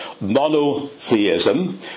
monotheism